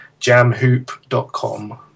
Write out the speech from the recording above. jamhoop.com